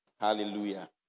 Hallelujah